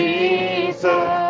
Jesus